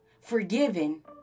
forgiven